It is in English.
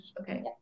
okay